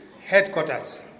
headquarters